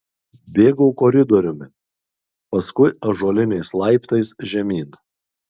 bėgau koridoriumi paskui ąžuoliniais laiptais žemyn